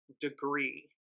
degree